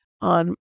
on